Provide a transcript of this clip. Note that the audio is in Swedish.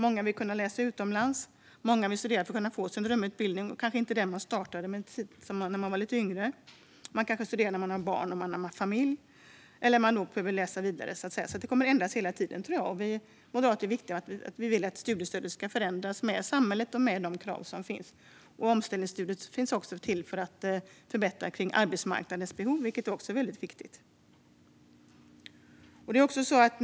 Många vill läsa utomlands, och många vill studera på sin drömutbildning, som kanske inte var den utbildning man startade när man var yngre. Man kanske studerar samtidigt som man har barn och familj. Saker ändras hela tiden. Vi moderater vill att studiestödet ska förändras med samhället och med de krav som finns. Omställningsstudiestödet finns också till för att förbättra omständigheterna runt arbetsmarknadens behov.